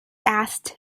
asked